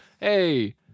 hey